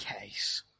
case